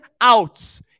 outs